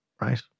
right